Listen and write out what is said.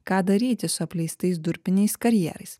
ką daryti su apleistais durpiniais karjerais